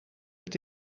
het